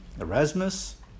Erasmus